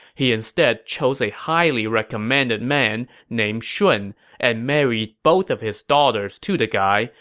he instead chose a highly recommended man named shun and married both of his daughters to the guy,